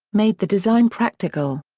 made the design practical.